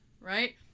right